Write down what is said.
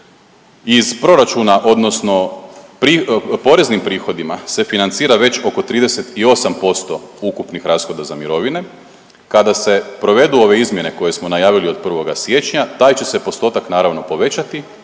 iz proračuna odnosno poreznim prihodima se financira već oko 38% ukupnih rashoda za mirovine. Kada se provedu ove izmjene koje smo najavili od 1. siječnja taj će se postotak naravno povećati.